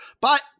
But-